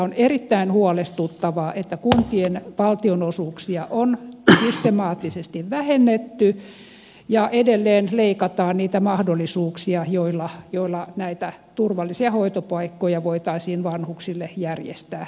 on erittäin huolestuttavaa että kuntien valtionosuuksia on systemaattisesti vähennetty ja edelleen leikataan niitä mahdollisuuksia joilla näitä turvallisia hoitopaikkoja voitaisiin vanhuksille järjestää tulevaisuudessa